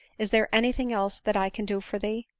is there any thing else that i can do for thee?